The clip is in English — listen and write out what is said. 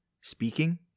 speaking